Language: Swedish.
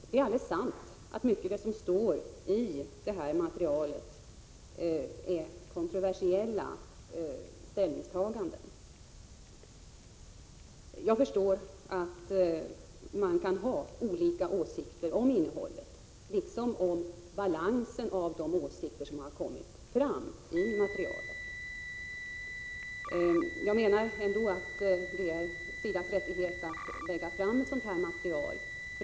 Det är alldeles sant att mycket av det som står i materialet är kontroversiella ställningstaganden. Jag förstår att man kan ha olika åsikter om innehållet liksom om balansen mellan de åsikter som kommer fram. Jag menar ändå att det är SIDA:s rättighet att lägga fram ett sådant material.